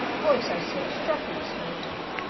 boys are so obstropolous now-a-days